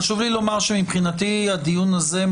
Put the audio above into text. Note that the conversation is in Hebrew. חשוב לי לומר שמבחינתי הדיון הזה,